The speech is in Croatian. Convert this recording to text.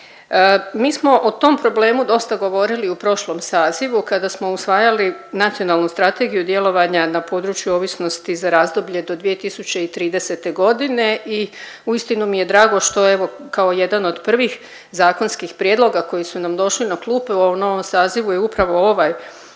Mi smo o tom problemu dosta govorili u prošlom sazivu kada smo usvajali Nacionalnu strategiju djelovanja na području ovisnosti za razdoblje do 2030.g. i uistinu mi je drago što evo kao jedan od prvih zakonskih prijedloga koji su nam došli na klupe u ovom novom sazivu je upravo ovaj